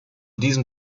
diesem